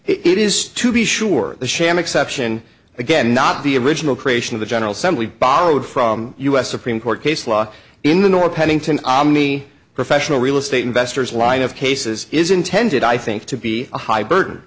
it is to be sure a sham exception again not the original creation of the general assembly borrowed from us supreme court case law in the north pennington omni professional real estate investors line of cases is intended i think to be a high bird